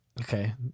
Okay